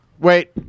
Wait